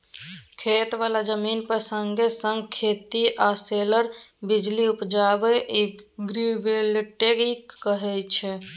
खेत बला जमीन पर संगे संग खेती आ सोलर बिजली उपजाएब एग्रीबोल्टेइक कहाय छै